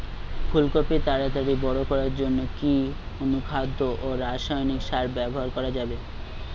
ফুল কপি তাড়াতাড়ি বড় করার জন্য কি অনুখাদ্য ও রাসায়নিক সার ব্যবহার করা যাবে?